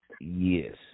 yes